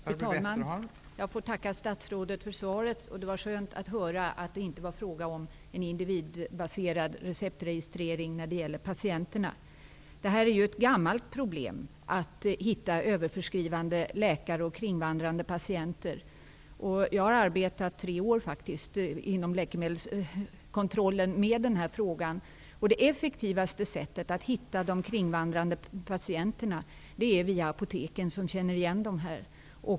Fru talman! Jag får tacka statsrådet för svaret. Det var skönt att höra att det inte är fråga om en individbaserad receptregistrering av patienterna. Problemet med överförskrivande läkare och kringvandrande patienter är gammalt. Jag har under tre år arbetat med denna fråga inom läkemedelskontrollen. Det effektivaste sättet att hitta de kringvandrande patienterna är via apoteken, där man känner igen dem.